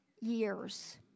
years